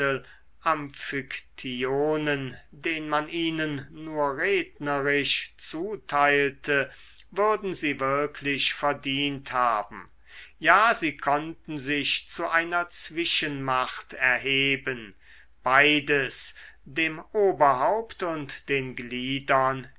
den man ihnen nur rednerisch zuteilte würden sie wirklich verdient haben ja sie konnten sich zu einer zwischenmacht erheben beides dem oberhaupt und den gliedern